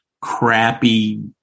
crappy